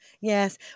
yes